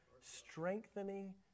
strengthening